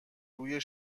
روی